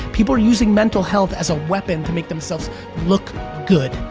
people are using mental health as a weapon to make themselves look good,